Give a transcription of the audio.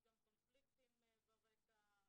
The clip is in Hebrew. יש גם קונפליקטים ברקע.